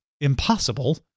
impossible